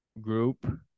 group